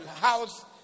house